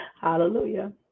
hallelujah